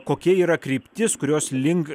kokia yra kryptis kurios link